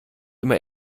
immer